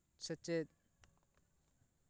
ᱥᱮᱪᱮᱫ